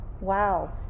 Wow